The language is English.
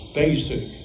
basic